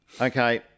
okay